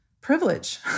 privilege